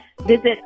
Visit